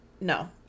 no